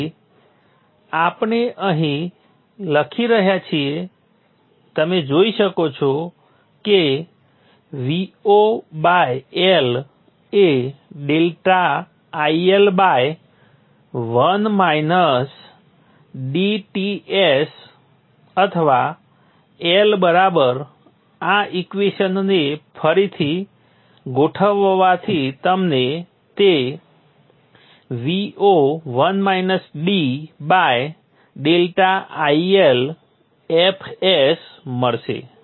તેથી આપણે અહીં લખી રહ્યા છીએ તમે જોઇ શકો છો કે VoL એ ∆IL by one minus dTs અથવા L બરાબર આ ઇક્વેશનને ફરીથી ગોઠવવાથી તમને તે Vo ∆IL fs મળશે